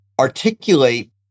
articulate